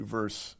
verse